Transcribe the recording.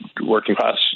working-class